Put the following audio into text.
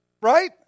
Right